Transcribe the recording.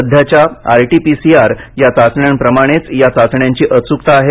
सध्याच्या R T P C R या चाचण्यांप्रमाणेच या चाचण्यांची अचूकता आहे